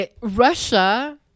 Russia